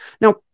now